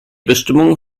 bestimmung